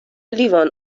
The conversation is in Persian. لیوان